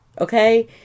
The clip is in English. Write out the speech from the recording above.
Okay